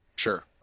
Sure